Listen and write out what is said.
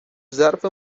ظرف